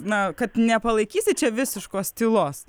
na kad nepalaikysit visiškos tylos